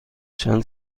چند